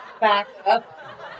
backup